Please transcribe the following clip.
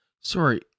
Sorry